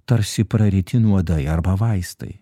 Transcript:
tarsi praryti nuodai arba vaistai